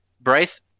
Bryce